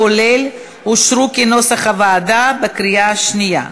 כולל, אושרו, כנוסח הוועדה, בקריאה השנייה.